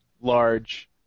large